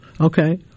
Okay